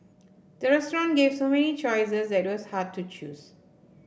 the restaurant gave so many choices that it was hard to choose